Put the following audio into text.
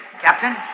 Captain